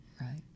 right